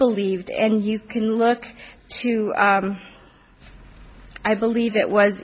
believed and you can look to i believe it was